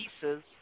pieces